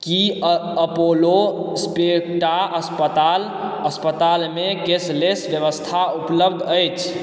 की Apollo Spectra अस्पतालमे cashless व्यवस्था उपलब्ध अछि